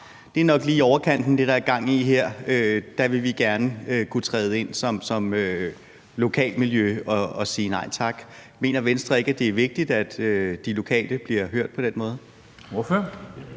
her, er nok lige i overkanten; der vil vi gerne kunne træde ind som lokalmiljø og sige nej tak. Mener Venstre ikke, at det er vigtigt, at de lokale bliver hørt på den måde?